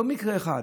יש לא מקרה אחד,